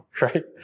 right